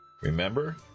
Remember